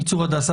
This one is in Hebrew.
מצור הדסה.